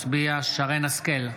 הצביע שרן מרים השכל,